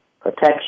protection